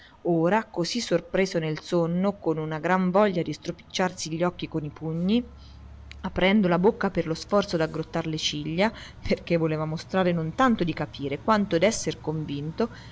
ora così sorpreso nel sonno con una gran voglia di stropicciarsi gli occhi coi pugni aprendo la bocca per lo sforzo d'aggrottar le ciglia perché voleva mostrare non tanto di capire quanto d'esser convinto